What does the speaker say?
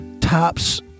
tops